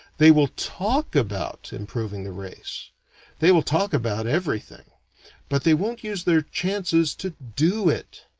they will talk about improving the race they will talk about everything but they won't use their chances to do it.